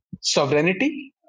sovereignty